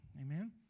Amen